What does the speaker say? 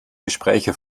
gespräche